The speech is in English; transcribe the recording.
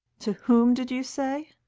to whom did you say?